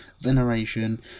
veneration